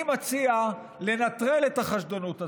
אני מציע לנטרל את החשדנות הזו.